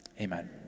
Amen